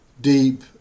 deep